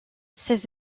ces